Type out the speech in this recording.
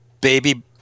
baby